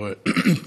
אתה רואה.